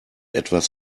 etwas